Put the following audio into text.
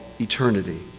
eternity